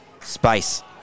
Space